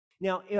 now